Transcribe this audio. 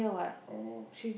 oh